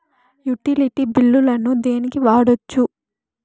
Utility బిల్లులను దేనికి వాడొచ్చు?